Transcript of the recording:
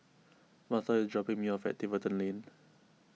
Martha is dropping me off at Tiverton Lane